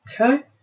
Okay